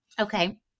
Okay